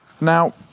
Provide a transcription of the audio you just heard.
Now